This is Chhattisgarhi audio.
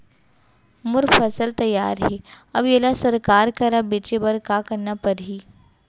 मोर फसल तैयार हे अब येला सरकार करा बेचे बर का करना पड़ही?